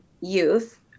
youth